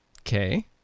okay